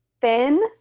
Thin